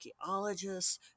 archaeologists